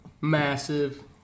massive